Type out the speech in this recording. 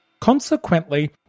Consequently